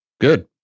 Good